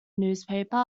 newspaper